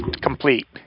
complete